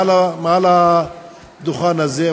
מעל הדוכן הזה,